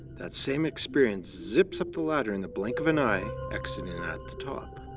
that same experience zips up the ladder in the blink of an eye, exiting at the top.